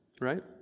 right